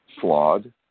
flawed